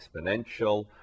exponential